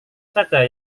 saja